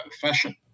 fashion